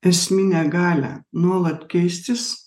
esminę galią nuolat keistis